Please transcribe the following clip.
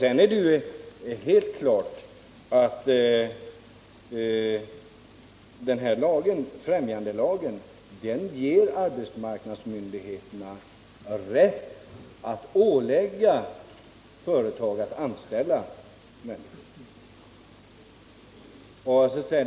Sedan är det helt klart att främjandelagen ger arbetsmarknadsmyndigheterna rätt att ålägga företagare att anställa människor.